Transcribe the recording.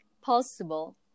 possible